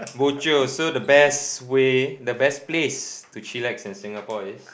bo jio so the best way the best place to chillax in Singapore is